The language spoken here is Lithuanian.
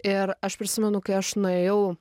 ir aš prisimenu kai aš nuėjau